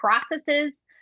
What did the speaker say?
processes